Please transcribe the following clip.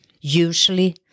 Usually